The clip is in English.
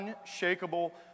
unshakable